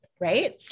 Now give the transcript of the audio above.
right